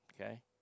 okay